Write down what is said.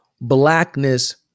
blackness